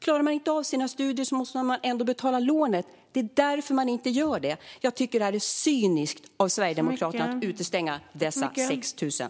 Klarar de inte av sina studier måste de ändå betala lånet. Det är därför de inte börjar studera. Det är cyniskt av Sverigedemokraterna att utestänga dessa 6 000.